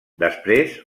després